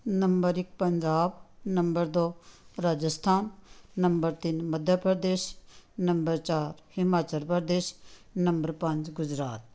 number ਇੱਕ Punjab number ਦੋ Rajasthan number ਤਿੰਨ ਮੱਧ ਪ੍ਰਦੇਸ਼ ਨੰਬਰ ਚਾਰ ਹਿਮਾਚਲ ਪ੍ਰਦੇਸ਼ ਨੰਬਰ ਪੰਜ ਗੁਜਰਾਤ